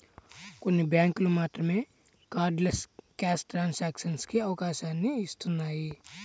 కొన్ని బ్యేంకులు మాత్రమే కార్డ్లెస్ క్యాష్ ట్రాన్సాక్షన్స్ కి అవకాశాన్ని ఇత్తన్నాయి